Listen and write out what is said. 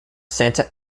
santa